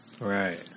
Right